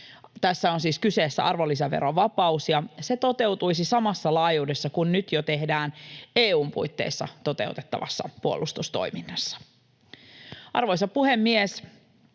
Tässä on siis kyseessä arvonlisäverovapaus, ja se toteutuisi samassa laajuudessa kuin miten nyt jo tehdään EU:n puitteissa toteutettavassa puolustustoiminnassa. Arvoisa puhemies!